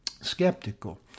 skeptical